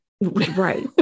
Right